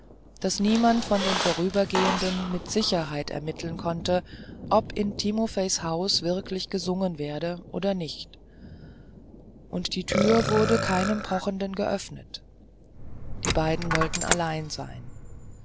daß niemand von den vorübergehenden mit sicherheit ermitteln konnte ob in timofei's hause wirklich gesungen werde oder nicht und die tür wurde keinem pochenden geöffnet die beiden wollten allein sein